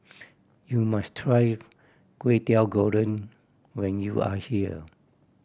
you must try Kway Teow Goreng when you are here